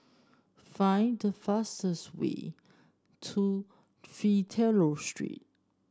find the fastest way to Fidelio Street